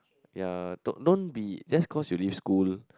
ya told don't be just cause you leave school